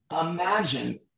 imagine